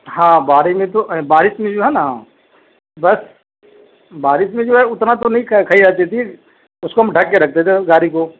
ہاں بارش میں تو بارش میں جو ہے نا بس بارش میں جو ہے اتنا تو نہیں اس کو ہم ڈھک کے رکھتے تھے گاڑی کو